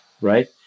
right